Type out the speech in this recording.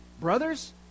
Brothers